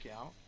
out